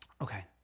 Okay